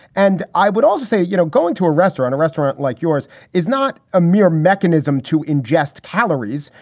and i would also say, you know, going to a restaurant, a restaurant like yours is not a mere mechanism to ingest calories.